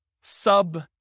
sub